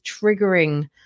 triggering